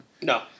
No